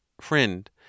Friend